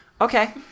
Okay